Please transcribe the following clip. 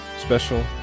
special